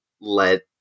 let